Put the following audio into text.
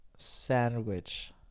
Sandwich